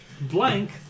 Blank